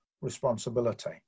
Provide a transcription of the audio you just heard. responsibility